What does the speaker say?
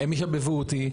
הם ישבבו אותי.